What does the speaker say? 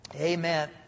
Amen